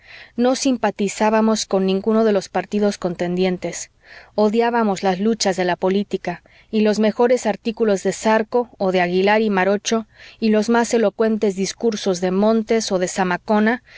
no simpatizábamos con ninguno de los partidos contendientes odiábamos las luchas de la política y los mejores artículos de zarco o de aguilar y marocho y los más elocuentes discursos de montes o de zamacona